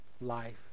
life